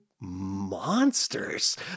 monsters